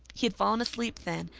he had fallen asleep then,